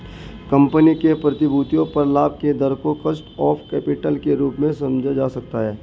company की प्रतिभूतियों पर लाभ के दर को कॉस्ट ऑफ कैपिटल के रूप में समझा जा सकता है